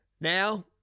Now